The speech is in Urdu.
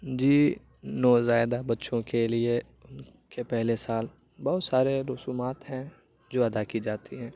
جی نوزائیدہ بچوں کے لیے ان کے پہلے سال بہت سارے رسومات ہیں جو ادا کی جاتی ہیں